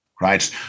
right